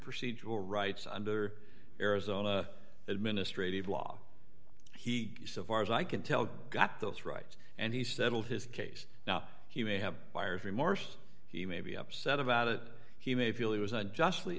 procedural rights under arizona administrative law he so far as i can tell got those rights and he settled his case now he may have buyer's remorse he may be upset about it he may feel he was unjustly